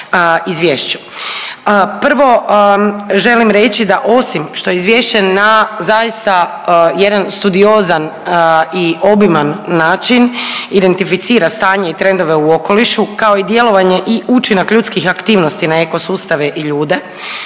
Prvo, želim reći da osim što izvješće na zaista jedan studiozan i obiman način identificira stanje i trendove u okolišu kao i djelovanje i učinak ljudskih aktivnosti na ekosustave i ljude